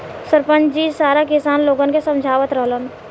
सरपंच जी सारा किसान लोगन के समझावत रहलन